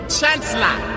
Chancellor